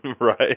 Right